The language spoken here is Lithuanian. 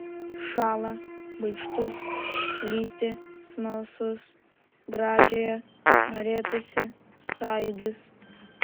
šąlą baikštus lįsti smalsūs gražiąją norėtųsi sąjūdis